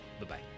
Bye-bye